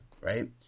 Right